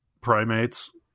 primates